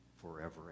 forever